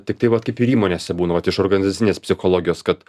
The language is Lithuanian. tiktai vat kaip ir įmonėse būna vat iš organizacinės psichologijos kad